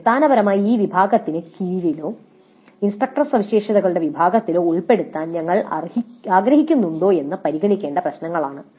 അടിസ്ഥാനപരമായി ഈ വിഭാഗത്തിന് കീഴിലോ ഇൻസ്ട്രക്ടർ സവിശേഷതകളുടെ വിഭാഗത്തിലോ ഉൾപ്പെടുത്താൻ ഞങ്ങൾ ആഗ്രഹിക്കുന്നുണ്ടോ എന്നത് പരിഹരിക്കേണ്ട പ്രശ്നങ്ങളാണ്